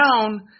down